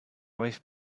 wife